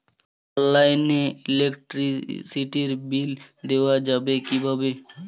অনলাইনে ইলেকট্রিসিটির বিল দেওয়া যাবে কিভাবে?